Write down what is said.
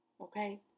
okay